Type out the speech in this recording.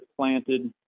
planted